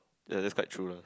ya that's quite true lah